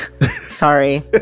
sorry